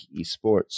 esports